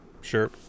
Sure